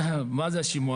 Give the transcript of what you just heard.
מה זה השימוע